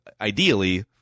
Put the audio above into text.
ideally